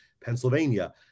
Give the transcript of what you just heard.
Pennsylvania